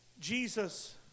Jesus